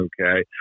okay